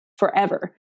Forever